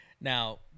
Now